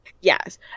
yes